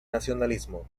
nacionalismo